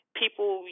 people